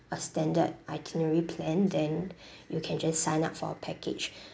a standard itinerary plan then you can just sign up for a package